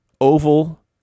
oval